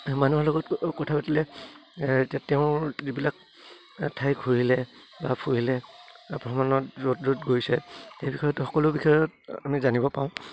মানুহৰ লগত কথা পাতিলে তেওঁ যিবিলাক ঠাই ঘূৰিলে বা ফুৰিলে ভ্ৰমণৰ য'ত য'ত গৈছে সেই বিষয়ত সকলো বিষয়ত আমি জানিব পাৰোঁ